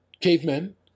cavemen